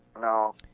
No